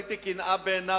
ראיתי קנאה בעיניו,